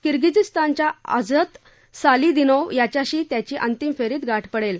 किरगिझीस्तानच्या Azat Salidinov त्याच्याशी त्याची अंतिम फेरीत गाठ पडेल